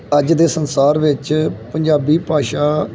ਅੱਜ ਦੇ ਸੰਸਾਰ ਵਿੱਚ ਪੰਜਾਬੀ ਭਾਸ਼ਾ